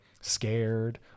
scared